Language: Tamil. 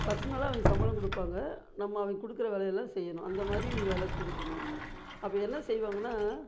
பர்சனலாக அவங்க சம்பளம் கொடுப்பாங்க நம்ம அவங்க கொடுக்கற வேலை எல்லாம் செய்யணும் அந்த மாதிரி வேலை செஞ்சுட்ருந்தேன் அப்போ என்ன செய்வாங்கன்னால்